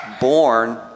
born